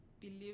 believe